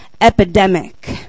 Epidemic